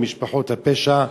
למשפחות הפשע,